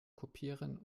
kopieren